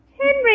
Henry